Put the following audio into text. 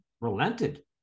relented